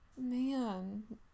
Man